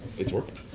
it's working.